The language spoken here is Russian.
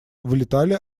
вылетали